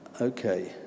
Okay